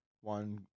one